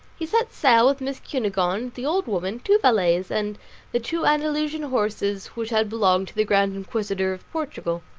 he set sail with miss cunegonde, the old woman, two valets, and the two andalusian horses, which had belonged to the grand inquisitor of portugal.